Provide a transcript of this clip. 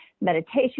meditation